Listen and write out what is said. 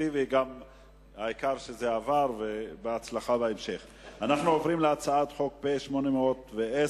אנחנו עוברים להצעת חוק פ/810: